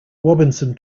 robinson